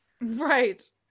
Right